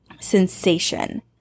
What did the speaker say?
sensation